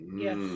Yes